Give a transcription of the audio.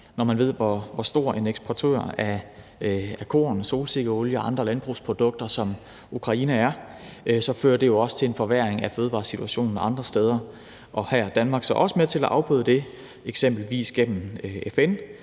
Når man ved, hvor stor en eksportør af korn, solsikkeolie og andre landbrugsprodukter Ukraine er, fører det jo også til en forværring af fødevaresituationen andre steder. Her er Danmark så også med til at afbøde det, eksempelvis gennem FN,